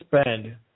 spend